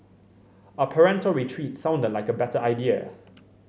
a parental retreat sounded like a better idea